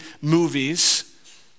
movies